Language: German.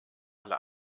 alle